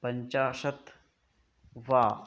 पञ्चाशत् वा